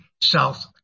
South